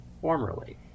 formerly